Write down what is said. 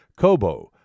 Kobo